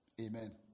Amen